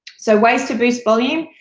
so, ways to boost volume,